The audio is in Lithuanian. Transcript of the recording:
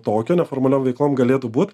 tokio neformaliom veiklom galėtų būt